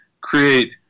create